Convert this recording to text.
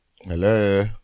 Hello